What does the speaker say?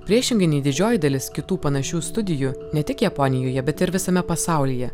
priešingai nei didžioji dalis kitų panašių studijų ne tik japonijoje bet ir visame pasaulyje